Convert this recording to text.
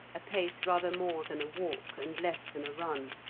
a pace rather more than a walk and less than a run,